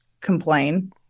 complain